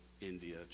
India